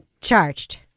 Charged